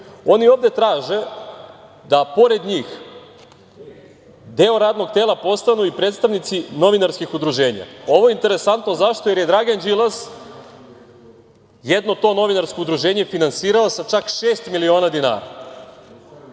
Oni ovde traže da pored njih deo radnog tela postanu i predstavnici novinarskih udruženja. Ovo je interesantno, zašto – jer je Dragan Đilas jedno to novinarsko udruženje finansirao sa čak šest miliona dinara